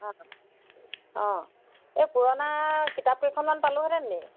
অ অ এই পুৰণা কিতাপ কেইখনমান পালোঁহেতেননি